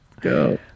Go